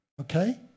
Okay